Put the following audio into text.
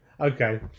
okay